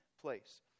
place